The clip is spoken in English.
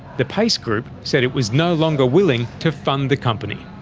the payce group said it was no longer willing to fund the company.